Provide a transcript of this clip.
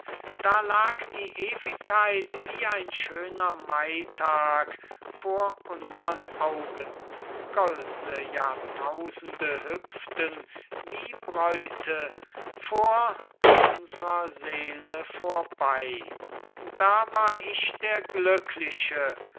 liegen da lag die ewigkeit wie ein schöner maitag vor unsern augen goldne jahrtausende hüpften wie bräute vor unsrer seele vorbei da war ich der glückliche